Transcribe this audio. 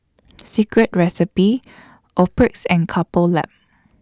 Secret Recipe Optrex and Couple Lab